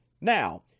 now